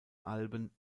alben